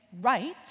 right